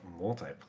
multiplayer